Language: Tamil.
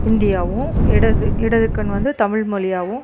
ஹிந்தியாகவும் இடது இடது கண் வந்து தமிழ் மொழியாகவும்